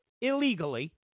illegally